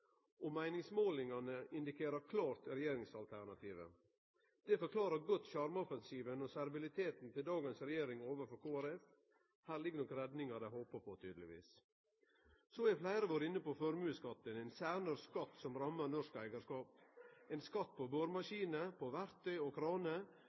og meiningsmålingane indikerer klart regjeringsalternativet. Det forklarer godt sjarmoffensiven og serviliteten til dagens regjering overfor Kristeleg Folkeparti. Her ligg nok redninga dei håpar på, tydelegvis. Så har fleire vore inne på formuesskatten, ein særnorsk skatt som rammar norsk eigarskap, ein skatt på